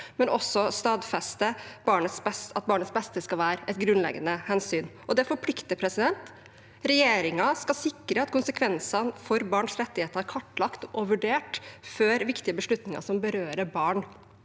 hørt og stadfester at barnets beste skal være et grunnleggende hensyn. Det forplikter. Regjeringen skal sikre at konsekvensene for barns rettigheter blir kartlagt og vurdert før viktige beslutninger som berører barn,